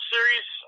Series